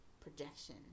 projection